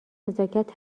نزاکت